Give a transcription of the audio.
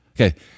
Okay